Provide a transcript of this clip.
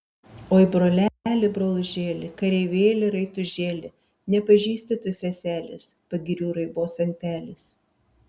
oi broleli brolužėli kareivėli raitužėli nepažįsti tu seselės pagirių raibos antelės